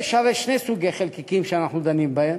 יש הרי שני סוגי חלקיקים שאנחנו דנים בהם,